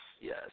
yes